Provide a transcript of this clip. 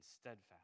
steadfast